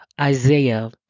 Isaiah